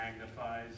magnifies